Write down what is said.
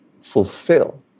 fulfill